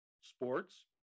sports